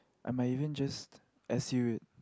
I might even just SU it